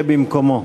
במקומו.